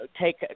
take